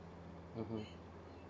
mm